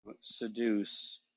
seduce